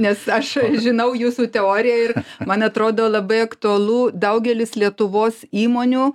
nes aš žinau jūsų teoriją ir man atrodo labai aktualu daugelis lietuvos įmonių